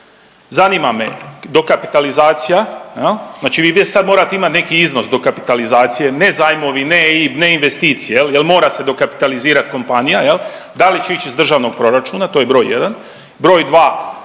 Zanima me dokapitalizacija, znači vi već sad morate imat neki iznos dokapitalizacije, ne zajmovi, ne investicije jer mora se dokapitalizirat kompanija da li će ići iz državnog proračuna? To je broj jedan.